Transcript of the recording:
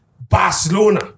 Barcelona